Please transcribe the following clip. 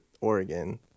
Oregon